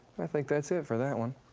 i think that's it for that one.